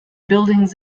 buildings